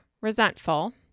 resentful